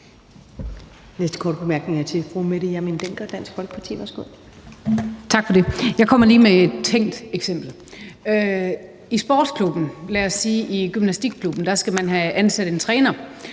næste korte bemærkning er til fru Mette Hjermind Dencker, Dansk Folkeparti. Værsgo. Kl. 21:21 Mette Hjermind Dencker (DF): Tak for det. Jeg kommer lige med et tænkt eksempel. I sportsklubben, lad os sige i gymnastikklubben, skal man have ansat en træner.